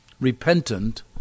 Repentant